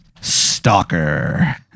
Stalker